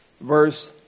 verse